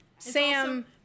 Sam